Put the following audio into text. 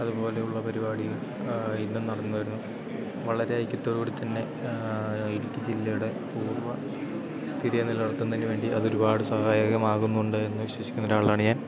അതുപോലെയുള്ള പരിപാടികൾ ഇന്നും നടന്നുവരുന്നു വളരെ ഐക്യത്തോടുകൂടിത്തന്നെ ഇടുക്കി ജില്ലയുടെ പൂർവ്വസ്ഥിതിയെ നിലനിർത്തുന്നതിനുവേണ്ടി അതൊരുപാട് സഹായകമാകുന്നുണ്ട് എന്നു വിശ്വസിക്കുന്ന ഒരാളാണ് ഞാൻ